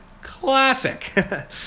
Classic